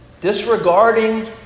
disregarding